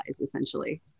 essentially